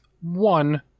one